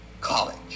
college